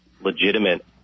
legitimate